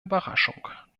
überraschung